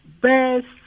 best